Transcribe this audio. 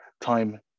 time